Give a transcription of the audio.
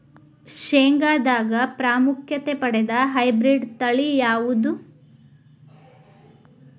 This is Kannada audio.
ಶೇಂಗಾದಾಗ ಪ್ರಾಮುಖ್ಯತೆ ಪಡೆದ ಹೈಬ್ರಿಡ್ ತಳಿ ಯಾವುದು?